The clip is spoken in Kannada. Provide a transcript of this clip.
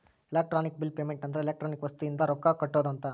ಎಲೆಕ್ಟ್ರಾನಿಕ್ ಬಿಲ್ ಪೇಮೆಂಟ್ ಅಂದ್ರ ಎಲೆಕ್ಟ್ರಾನಿಕ್ ವಸ್ತು ಇಂದ ರೊಕ್ಕ ಕಟ್ಟೋದ ಅಂತ